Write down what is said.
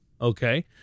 Okay